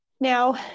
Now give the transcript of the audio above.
Now